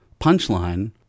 punchline